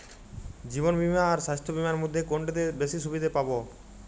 জীবন বীমা আর স্বাস্থ্য বীমার মধ্যে কোনটিতে বেশী সুবিধে পাব?